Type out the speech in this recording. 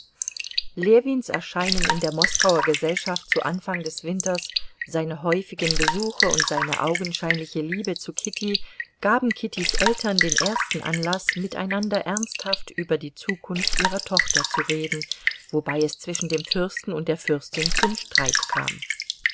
ljewins erscheinen in der moskauer gesellschaft zu anfang des winters seine häufigen besuche und seine augenscheinliche liebe zu kitty gaben kittys eltern den ersten anlaß miteinander ernsthaft über die zukunft ihrer tochter zu reden wobei es zwischen dem fürsten und der fürstin zum streit kam